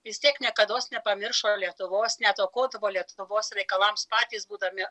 vis tiek niekados nepamiršo lietuvos net aukodavo lietuvos reikalams patys būdami